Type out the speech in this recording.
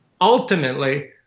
ultimately